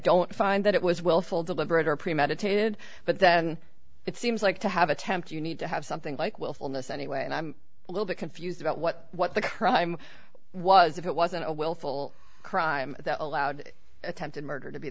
don't find that it was willful deliberate or premeditated but then it seems like to have attempt you need to have something like willfulness anyway and i'm a little bit confused about what what the crime was if it wasn't a willful crime that allowed attempted murder to be